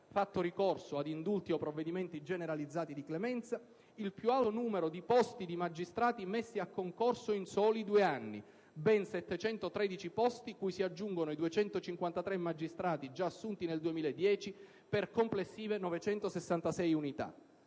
fatto ricorso ad indulti o provvedimenti generalizzati di clemenza, il più alto numero di posti di magistrati messi a concorso in soli due anni (ben 713, cui si aggiungono i 253 magistrati già assunti nel 2010, per complessive 966 unità);